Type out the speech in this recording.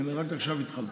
הינה, רק עכשיו התחלתי.